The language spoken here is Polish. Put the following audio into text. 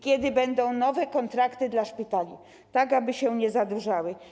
Kiedy będą nowe kontrakty dla szpitali, tak aby się nie zadłużały?